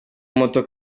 muto